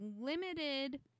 limited